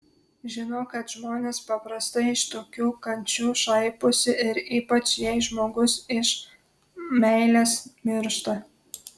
žinok kad žmonės paprastai iš tokių kančių šaiposi ir ypač jei žmogus iš meilės miršta